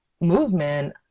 movement